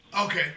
Okay